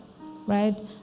right